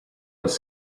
was